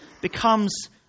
becomes